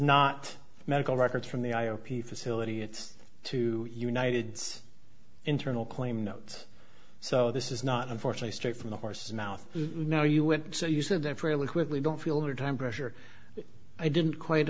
not medical records from the i o p facility it's to united's internal claim notes so this is not unfortunately straight from the horse's mouth now you would say you said that fairly quickly don't feel under time pressure i didn't quite